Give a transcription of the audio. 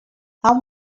how